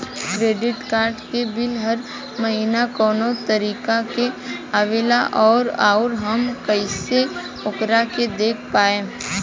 Credit card के bill हर महीना कौना तारीक के आवेला और आउर हम कइसे ओकरा के देख पाएम?